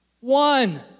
one